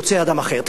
יוצא אדם אחר.